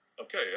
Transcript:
okay